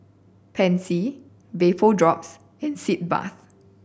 Pansy Vapodrops and Sitz Bath